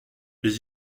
les